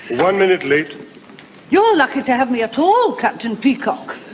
one minute late you're lucky to have me at all. captain peacock.